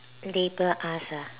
later ask ah